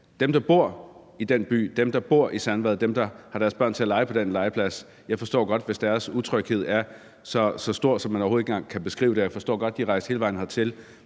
dem, der bor i den by, dem, der bor i Sandvad, og som har deres børn til at lege på den legeplads, er så stor, at man overhovedet ikke engang kan beskrive det, og jeg forstår godt, at de er rejst hele vejen hertil.